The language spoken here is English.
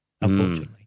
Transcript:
unfortunately